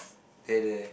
there there